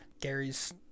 Gary's